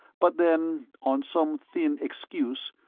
but then, on some thin excuse,